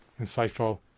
insightful